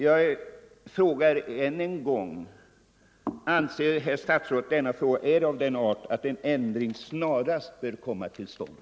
Jag frågar än en gång: Anser herr statsrådet att denna fråga är av den art att en ändring snarast bör komma till stånd.